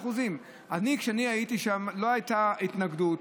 אני, כשאני הייתי שם, לא הייתה התנגדות.